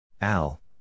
Al